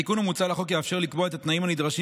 התיקון המוצע לחוק יאפשר לקבוע את התנאים הנדרשים